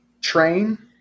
train